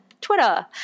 twitter